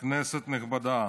כנסת נכבדה,